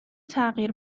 تغییر